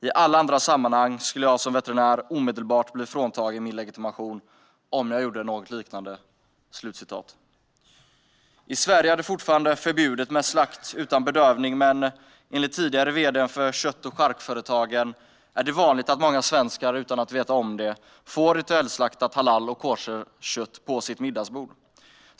I alla andra sammanhang skulle jag som veterinär omedelbart bli fråntagen min legitimation om jag gjorde något liknande. I Sverige är det fortfarande förbjudet med slakt utan bedövning, men enligt tidigare vd:n för Kött och Charkföretagen är det vanligt att många svenskar utan att veta om det får ritualslaktat halal och koscherkött på sitt middagsbord.